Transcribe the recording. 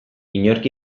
inork